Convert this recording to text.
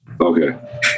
Okay